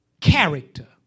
Character